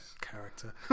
character